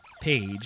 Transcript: page